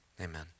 Amen